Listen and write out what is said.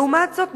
לעומת זאת,